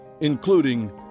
including